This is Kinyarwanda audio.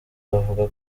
bavuga